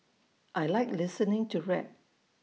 I Like listening to rap